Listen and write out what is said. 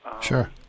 Sure